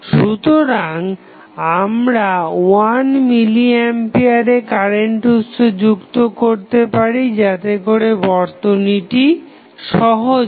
সুতরাং আমরা 1 মিলি আম্পিয়ারের কারেন্ট উৎস যুক্ত করতে পারি যাতেকরে বর্তনীটি সহজ হয়